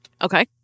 Okay